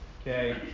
okay